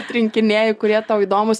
atrinkinėji kurie tau įdomūs